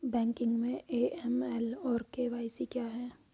Banking में AML और KYC क्या हैं?